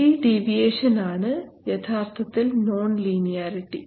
ഈ ഡീവിയേഷൻ ആണ് യഥാർത്ഥത്തിൽ നോൺ ലീനിയാരിറ്റി